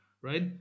right